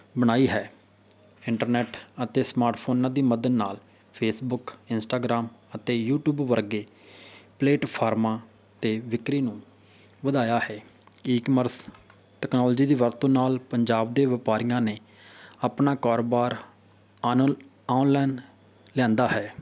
ਬਣਾਈ ਹੈ ਇੰਟਰਨੈਟ ਅਤੇ ਸਮਾਰਟ ਫੋਨਾਂ ਦੀ ਮਦਦ ਨਾਲ ਫੇਸਬੁਕ ਇੰਸਟਾਗ੍ਰਾਮ ਅਤੇ ਯੂਟੀਊਬ ਵਰਗੇ ਪਲੇਟਫਾਰਮਾਂ 'ਤੇ ਵਿਕਰੀ ਨੂੰ ਵਧਾਇਆ ਹੈ ਈ ਕਮਰਸ ਤਕਨਾਲੋਜੀ ਦੀ ਵਰਤੋਂ ਨਾਲ ਪੰਜਾਬ ਦੇ ਵਪਾਰੀਆਂ ਨੇ ਆਪਣਾ ਕਾਰੋਬਾਰ ਔਨਲ ਔਨਲਾਈਨ ਲਿਆਂਦਾ ਹੈ